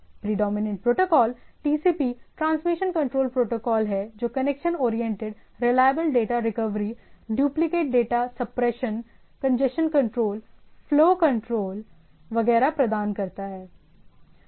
predominant protocol TCP transmission control protocol है जो connection oriented reliable data recovery duplicate data separation congestion control flow control वगैरह प्रदान करता है